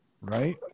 right